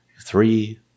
Three